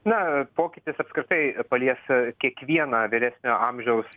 na pokytis apskritai palies kiekvieną vyresnio amžiaus